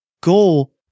goal